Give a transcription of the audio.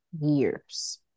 years